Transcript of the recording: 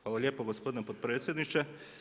Hvala lijepo gospodine potpredsjedniče.